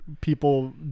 people